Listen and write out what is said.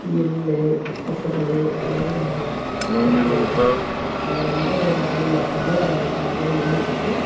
எள்ளு கொத்தமல்லி இதெல்லாம் தெளிக்கிறாங்க அதை வந்து ஆனி மாதம் தான் காட்டெல்லாம் உழுதுட்டு